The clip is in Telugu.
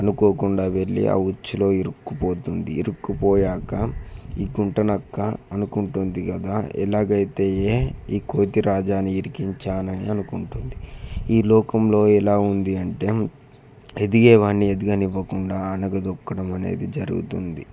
అనుకోకుండా వెళ్ళి ఆ ఉచ్చులో ఇరుక్కుపోతుంది ఇరుక్కుపోయాక ఈ గుంటనక్క అనుకుంటుంది కదా ఎలాగైతే ఏ ఈ కోతి రాజాని ఇరికించాలని అనుకుంటుంది ఈ లోకంలో ఎలా ఉంది అంటే ఎదిగేవాడిని ఎదగనివ్వకుండా అణగదొక్కడం అనేది జరుగుతుంది